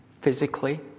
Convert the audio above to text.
physically